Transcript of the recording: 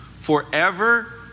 forever